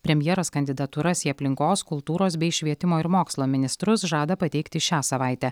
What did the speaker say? premjeras kandidatūras į aplinkos kultūros bei švietimo ir mokslo ministrus žada pateikti šią savaitę